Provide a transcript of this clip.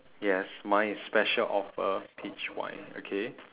yes mine is special offer peach wine okay